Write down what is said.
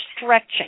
stretching